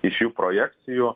iš jų projekcijų